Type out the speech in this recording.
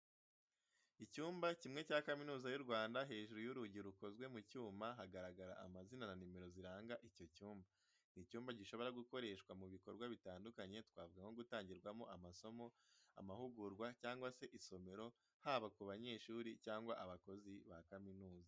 Icyumba kimwe cya kaminuza yu Rwanda, hejuru y'urugi rukozwe mu cyuma hagaragara amazina na nomero ziranga icyo cyumba. Ni icyumba gishobora gukoreshwa mu bikorwa bitandukanye, twavuga nko gutangirwamo amasomo, amahugurwa, cyangwa se isomero haba ku banyeshuri cyangwa abakozi ba kaminuza.